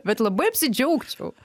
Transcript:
bet labai apsidžiaugčiau